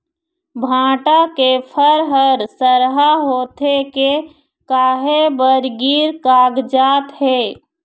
भांटा के फर हर सरहा होथे के काहे बर गिर कागजात हे?